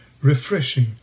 refreshing